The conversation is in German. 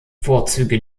vorzüge